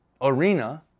arena